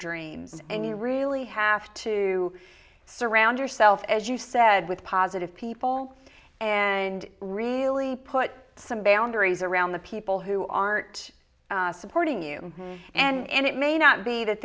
dreams and you really have to surround yourself as you said with positive people and really put some boundaries around the people who are supporting you and it may not be that